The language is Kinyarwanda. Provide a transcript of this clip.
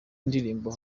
ndirimbo